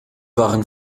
waren